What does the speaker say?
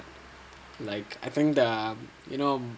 like I think that the you know